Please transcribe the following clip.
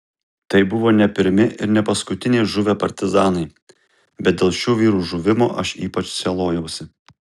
tai buvo ne pirmi ir ne paskutiniai žuvę partizanai bet dėl šių vyrų žuvimo aš ypač sielojausi